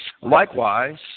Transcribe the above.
Likewise